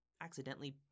accidentally